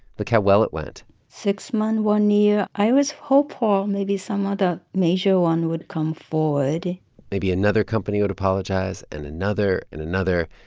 look how well it went six month, one year i was hopeful maybe some other major one would come forward maybe another company would apologize and another and another.